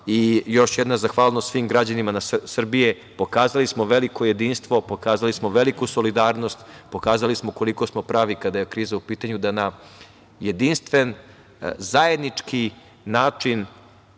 i još jedna zahvalnost svim građanima Srbije. Pokazali smo veliko jedinstvo, pokazali smo veliku solidarnost, pokazali smo koliko smo pravi kada je kriza u pitanju da na jedinstven, zajednički način